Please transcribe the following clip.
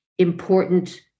important